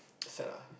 sad lah